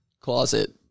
closet